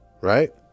right